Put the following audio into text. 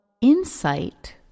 insight